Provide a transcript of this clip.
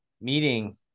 meeting